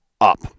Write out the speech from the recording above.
up